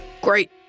Great